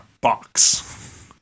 box